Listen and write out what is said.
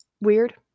weird